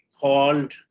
called